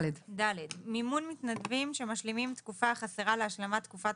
מימון מתנדבים שמשלמים תקופה החסרה להשלמת תקופת